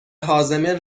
هاضمه